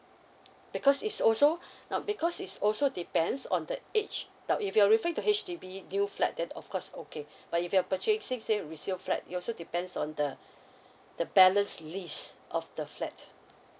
because is also now because is also depends on the age now if you're referring to H_D_B new flat then of course okay but if you're purchasing say resale flat it also depends on the the balance list of the flat